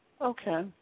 Okay